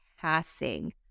passing